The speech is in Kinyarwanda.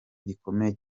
gikomeye